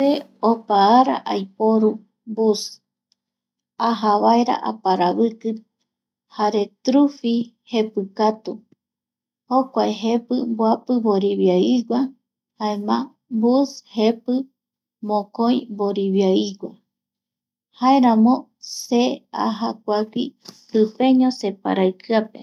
Se opa ara aiporu bu,s aja vaera aparaviki jare trufi jepi katu jokuae jepi mboapi vorivia igua, jaema bus jepi mokoi vorivia igua jaeramo se aja kuagui pipeño separavikiape